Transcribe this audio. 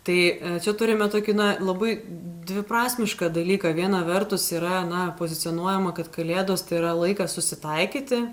tai čia turime tokį labai dviprasmišką dalyką viena vertus yra na pozicionuojama kad kalėdos tai yra laikas susitaikyti